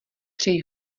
přeji